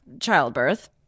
childbirth